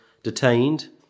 Detained